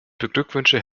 beglückwünsche